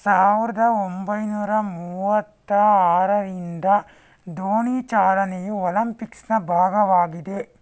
ಸಾವಿರದ ಒಂಬೈನೂರ ಮೂವತ್ತ ಆರರಿಂದ ದೋಣಿ ಚಾಲನೆಯು ಒಲಂಪಿಕ್ಸ್ನ ಭಾಗವಾಗಿದೆ